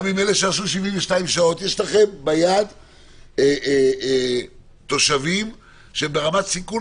גם עם אלה שעשו 72 שעות יש לכם ביד תושבים שהם ברמת סיכון